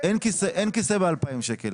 אין כיסא ב-2,000 שקל